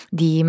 di